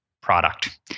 product